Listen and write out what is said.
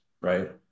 right